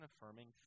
affirming